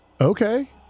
Okay